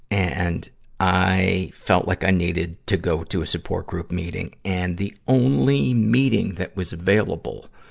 and i felt like i needed to go to a support group meeting. and the only meeting that was available